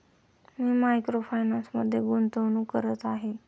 मी micro फायनान्समध्ये गुंतवणूक करत आहे